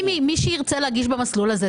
אם מישהו ירצה להגיש במסלול הזה,